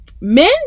men